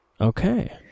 okay